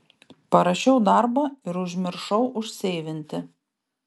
parašiau darbą ir užmiršau užseivinti